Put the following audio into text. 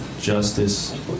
justice